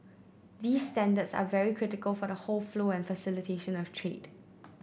these standards are very critical for the whole flow and facilitation of trade